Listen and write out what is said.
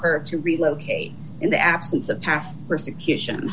her to relocate in the absence of past persecution